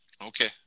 Okay